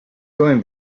going